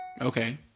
Okay